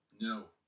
No